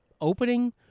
opening